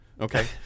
Okay